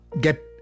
get